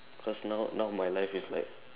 cause now now my life is like